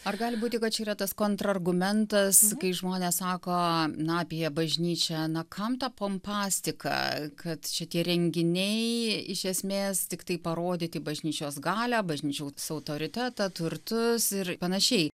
ar gali būti kad čia yra tas kontrargumentas kai žmonės sako na apie bažnyčią na kam ta pompastika kad šitie renginiai iš esmės tiktai parodyti bažnyčios galią bažnyčios autoritetą turtus ir panašiai